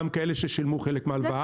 גם כאלה ששילמו חלק מההלוואה.